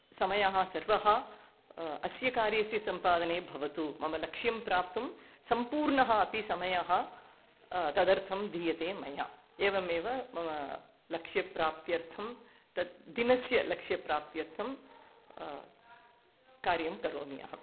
समयः सर्वः अस्य कार्यस्य सम्पादने भवतु मम लक्ष्यं प्राप्तुं सम्पूर्णः अपि समयः तदर्थं दीयते मया एवमेव मम लक्ष्यप्राप्त्यर्थं तद् दिनस्य लक्ष्यप्राप्त्यर्थं कार्यं करोमि अहम्